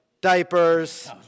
diapers